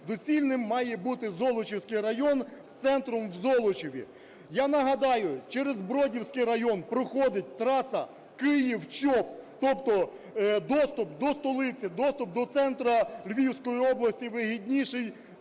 доцільним має бути Золочівський район з центром в Золочеві. Я нагадаю, через Бродівський район проходить траса Київ-Чоп, тобто доступ до столиці, доступ до центру Львівської області вигідніший,